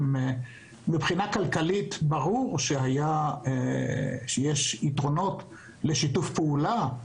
מהבחינה הכלכלית ברור שיש יתרונות לשיתוף פעולה,